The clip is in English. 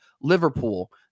Liverpool